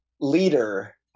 leader